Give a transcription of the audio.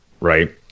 Right